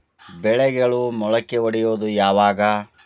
ಬೆಳೆಗಳು ಮೊಳಕೆ ಒಡಿಯೋದ್ ಯಾವಾಗ್?